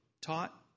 taught